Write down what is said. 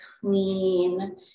clean